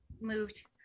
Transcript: moved